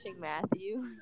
Matthew